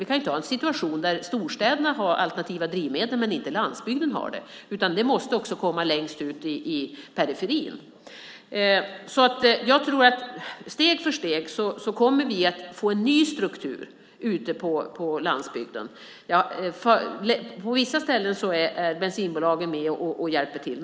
Vi kan ju inte ha en situation där storstäderna har alternativa drivmedel men inte landsbygden. Detta måste också komma längst ut i periferin. Steg för steg kommer vi att få en ny struktur ute på landsbygden. På vissa ställen är bensinbolagen med och hjälper till.